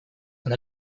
она